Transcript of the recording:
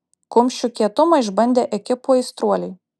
kumščių kietumą išbandė ekipų aistruoliai